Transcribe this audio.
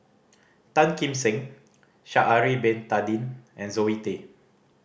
Tan Kim Seng Sha'ari Bin Tadin and Zoe Tay